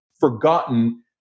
forgotten